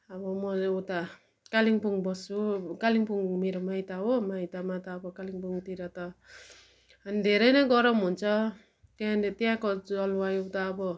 अब मैले उता कालिम्पोङ बस्छु कालिम्पोङ मेरो माइत हो माइतमा त अब कालिम्पोङतिर त धेरै नै गरम हुन्छ त्यहाँ नि त्यहाँको जलवायु त अब